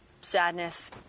sadness